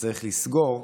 ושצריך לסגור,